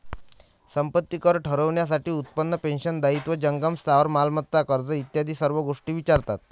संपत्ती कर ठरवण्यासाठी उत्पन्न, पेन्शन, दायित्व, जंगम स्थावर मालमत्ता, कर्ज इत्यादी सर्व गोष्टी विचारतात